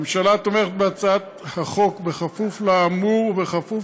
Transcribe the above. הממשלה תומכת בהצעת החוק בכפוף לאמור ובכפוף